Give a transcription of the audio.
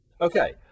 okay